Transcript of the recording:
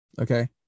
Okay